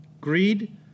greed